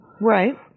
Right